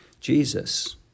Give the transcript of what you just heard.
Jesus